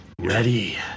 Ready